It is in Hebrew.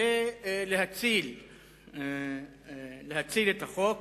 להציל את החוק